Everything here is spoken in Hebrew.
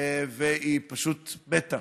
והיא פשוט מתה